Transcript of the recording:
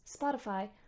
Spotify